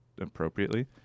appropriately